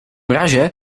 razie